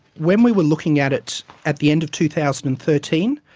when we were looking at it at the end of two thousand and thirteen,